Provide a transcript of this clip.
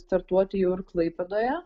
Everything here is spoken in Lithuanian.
startuoti jau ir klaipėdoje